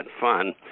fun